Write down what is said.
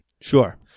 sure